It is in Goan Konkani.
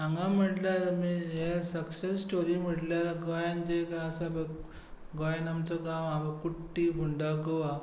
हांगा म्हणल्यार आमी हे सक्सेस स्टोरी म्हटल्यार गोंयांत जे आसा पळय गोंयांत आमचो गांव आसा पळय कुट्टी फोंडा गोवा